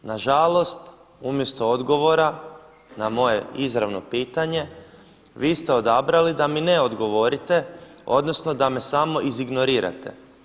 Nažalost, umjesto odgovora na moje izravno pitanje, vi ste odabrali da mi ne odgovorite odnosno da me samo iz ignorirate.